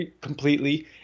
completely